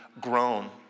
grown